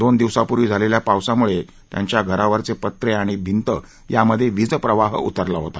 दोन दिवसांपुर्वी झालेल्या पावसामुळे त्यांच्या घरावरील पत्रे आणि भिंतींत वीजप्रवाह उतरला होता